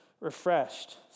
refreshed